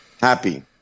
Happy